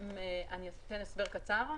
אם אין נעבור להצבעה.